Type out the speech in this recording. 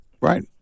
right